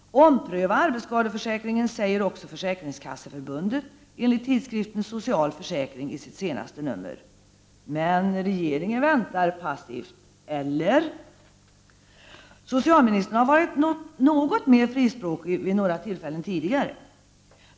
”Ompröva arbetsskadeförsäkringen” säger också Försäkringskasseförbundet enligt tidskriften Social försäkring i sitt senaste nummer. Men regeringen väntar passivt, eller? Socialministern har varit något mer frispråkig vid några tillfällen tidigere.